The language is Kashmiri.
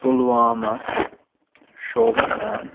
پُلوامہ شوپِیان